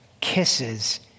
kisses